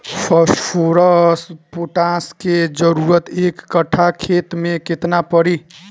Phosphorus potash के जरूरत एक कट्ठा खेत मे केतना पड़ी?